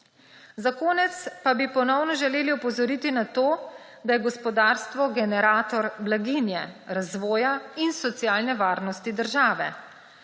Za konec pa bi ponovno želeli opozoriti na to, da je gospodarstvo generator blaginje razvoja in socialne varnosti države.